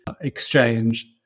exchange